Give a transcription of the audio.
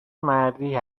مردی